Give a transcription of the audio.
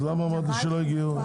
אז למה אמרת לי שלא הגיעו?